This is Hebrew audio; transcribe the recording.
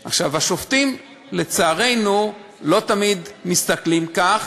עכשיו, השופטים, לצערנו, לא תמיד מסתכלים כך.